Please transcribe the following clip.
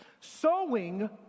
Sowing